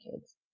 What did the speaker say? kids